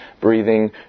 breathing